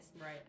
Right